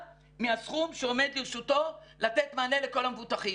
מהסכום שעומד לרשותו לתת מענה לכל המבוטחים.